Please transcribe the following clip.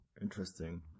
Interesting